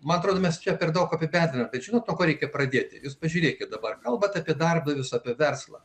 man atrodo mes čia per daug apie petrą tačiau to ko reikia pradėti jūs pažiūrėkit dabar kalbate apie darbdavius apie verslą